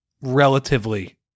relatively